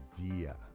idea